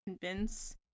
convince